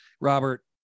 robert